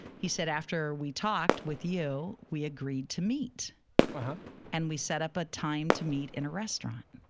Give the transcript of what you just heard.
he said after we talked with you, we agreed to meet well and we set up ah time to meet in a restaurant.